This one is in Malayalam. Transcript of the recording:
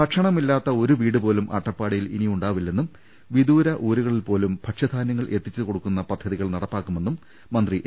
ഭക്ഷണമില്ലാത്ത ഒരു വീടുപോലും അട്ടപ്പാടിയിൽ ഇനി ഉണ്ടാവില്ലെന്നും വിദൂര ഉൌരുകളിൽപോലും ഭക്ഷ്യധാ ന്യങ്ങൾ എത്തിച്ച് കൊടുക്കുന്ന പദ്ധതികൾ നടപ്പാക്കു മെന്നും മന്ത്രി എ